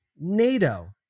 NATO